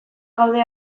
gaude